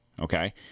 Okay